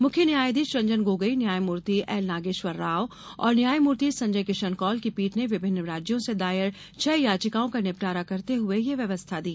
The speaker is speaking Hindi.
मुख्य न्यायाधीश रंजन गोगोई न्यायमूर्ति एल नागेश्वर राव और न्यायमूर्ति संजय किशन कौल की पीठ ने विभिन्न राज्यों से दायर छह याचिकाओं का निपटारा करते हुए यह व्यवस्था दी